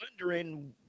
wondering